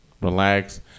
relax